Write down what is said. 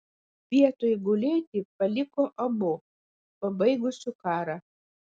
vietoj gulėti paliko abu pabaigusiu karą